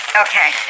Okay